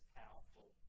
powerful